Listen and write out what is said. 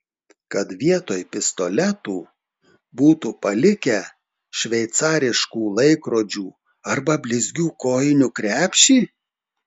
kad vietoj pistoletų būtų palikę šveicariškų laikrodžių arba blizgių kojinių krepšį